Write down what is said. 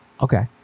okay